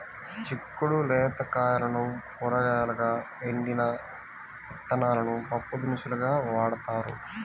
చిక్కుడు లేత కాయలను కూరగాయలుగా, ఎండిన విత్తనాలను పప్పుదినుసులుగా వాడతారు